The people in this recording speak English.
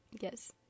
Yes